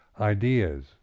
ideas